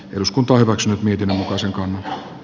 eduskunta hyväksyi mietinnön mukaisen kuvan m